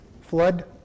flood